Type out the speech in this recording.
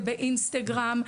באינסטגרם,